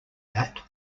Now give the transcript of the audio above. that